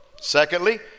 Secondly